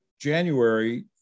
January